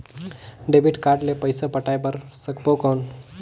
Debit card ले पइसा पटाय बार सकबो कौन?